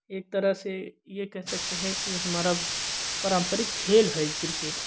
एक तरह से ये कह सकते हैं कि हमारा पारम्परिक खेल है क्रिकेट